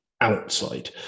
outside